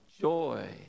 joy